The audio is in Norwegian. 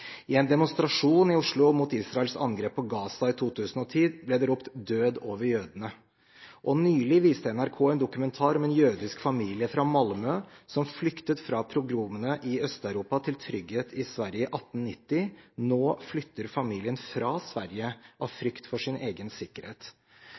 I en demonstrasjon i Oslo mot Israels angrep på Gaza i 2010 ble det ropt «Død over jødene». Nylig viste NRK en dokumentar om en jødisk familie fra Malmø, som flyktet fra progromene i Øst-Europa til trygghet i Sverige i 1890. Nå flykter familien fra Sverige av